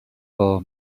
for